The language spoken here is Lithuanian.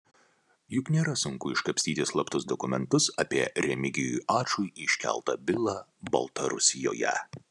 juk nėra sunku iškapstyti slaptus dokumentus apie remigijui ačui iškeltą bylą baltarusijoje